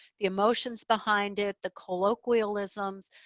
the emotions behind it, the colloquialisms,